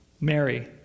Mary